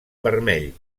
vermell